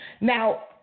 Now